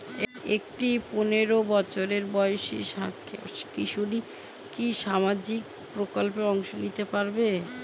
একটি পোনেরো বছর বয়সি কিশোরী কি কি সামাজিক প্রকল্পে অংশ নিতে পারে?